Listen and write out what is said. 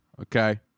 Okay